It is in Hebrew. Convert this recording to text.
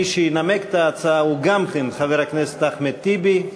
מי שינמק את ההצעה הוא גם כן חבר הכנסת אחמד טיבי.